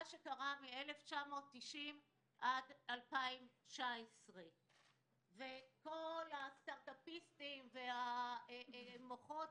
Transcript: שקרה מ-1990 עד 2019. כל הסטארט אפיסטים והמוחות